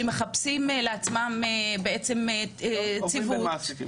שמחפשים לעצמם בעצם ציוות,